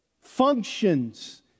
functions